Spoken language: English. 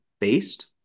based